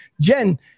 jen